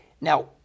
Now